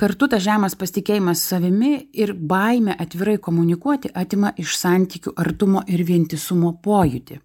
kartu tas žemas pasitikėjimas savimi ir baimė atvirai komunikuoti atima iš santykių artumo ir vientisumo pojūtį